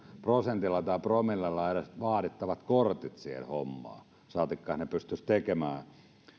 prosentilla tai promillella on edes vaadittavat kortit siihen hommaan saatikka että he pystyisivät tekemään